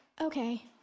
Okay